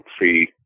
see